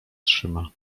trzyma